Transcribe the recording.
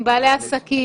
עם בעלי עסקים,